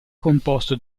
composto